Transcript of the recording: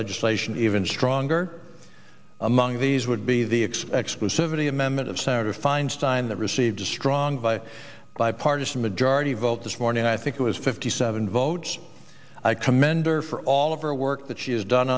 legislation even stronger among these would be the expects passivity amendment of senator feinstein that received a strong by bipartisan majority vote this morning i think it was fifty seven votes i commend her for all of her work that she has done